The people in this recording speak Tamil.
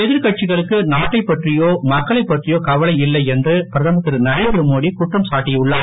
எதிர்கட்சிகளுக்கு நாட்டைப் பற்றியோ மக்களைப் பற்றியோ கவலை இல்லை என்று பிரதமர் திரு நரேந்திரமோடி குற்றம் சாட்டி உள்ளார்